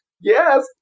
Yes